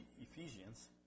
Ephesians